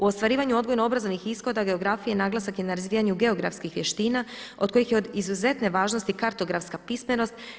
U ostvarivanju odgojno-obrazovnih ishoda geografije, naglasak je na razvijanju geografskih vještina od kojih je od izuzetne važnosti kartografska pismenost.